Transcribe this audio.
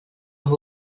amb